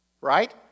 right